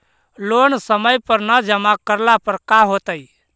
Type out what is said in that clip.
Loan समय पर न जमा करला पर का होतइ?